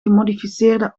gemodificeerde